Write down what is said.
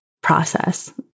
process